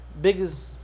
biggest